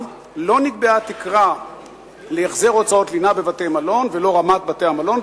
לא נקבעה תקרה להחזר הוצאות לינה בבתי-מלון ולא רמת בתי-המלון,